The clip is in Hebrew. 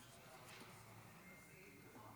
כהצעת הוועדה, נתקבל.